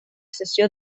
sessió